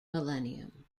millennium